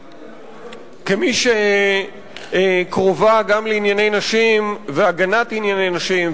כמי שקרובה גם לענייני נשים והגנת ענייני נשים,